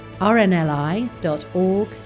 rnli.org